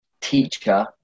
teacher